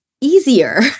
easier